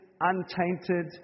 untainted